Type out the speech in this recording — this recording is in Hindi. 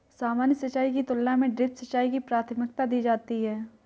सामान्य सिंचाई की तुलना में ड्रिप सिंचाई को प्राथमिकता दी जाती है